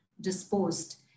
disposed